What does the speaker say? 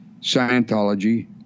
Scientology